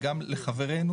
וגם לחברנו,